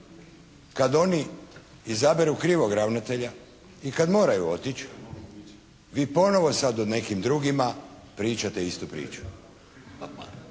kada oni izaberu krivog ravnatelja i kada moraju otići vi ponovno sada o nekim drugima pričate istu priču.